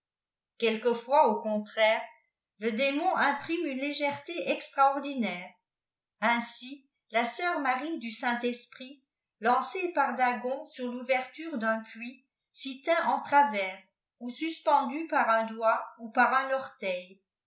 quelquefois au contraire le démon imprime une léfreté extraordinaire ainsi la sœur mariedii saint-esprit lancée pari agon sur l'ouverture d'un pultss'y tint eu travers ou suspendue par un doigt ou par un orteil